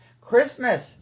Christmas